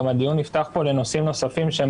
אבל הדיון נפתח פה לנושאים נוספים שהם